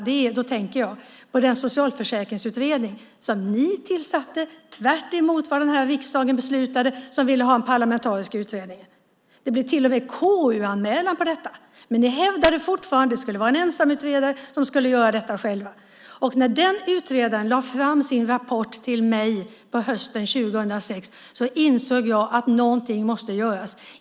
Då tänker jag på den socialförsäkringsutredning som ni tillsatte, tvärtemot vad den här riksdagen beslutade, eftersom man ville ha en parlamentarisk utredning. Det blev till och med en KU-anmälan om detta. Men ni hävdade fortfarande att det skulle vara en ensamutredare som skulle göra detta själv. När den utredaren lade fram sin rapport till mig på hösten 2006 insåg jag att någonting måste göras.